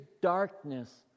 darkness